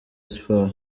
sport